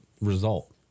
result